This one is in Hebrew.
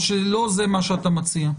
או שלא זה מה שאתה מציע.